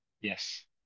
Yes